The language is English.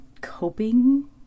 coping